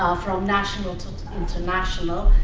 um from national to international,